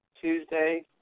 Tuesday